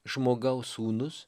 žmogaus sūnus